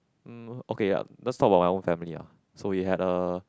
mm okay let's talk about my own family ah so we had a